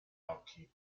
occhi